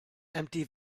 empty